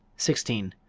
sixteen.